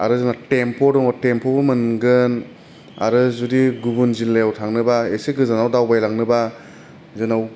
आरो जोंना टेम्पु दङ टेम्पुबो मोनगोन आरो जुदि गुबुन जिल्लाआव थांनोबा एसे गोजानाव दावबाय लांनोबा जोंनाव